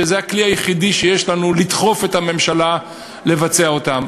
כי זה הכלי היחידי שיש לנו לדחוף את הממשלה לבצע אותן.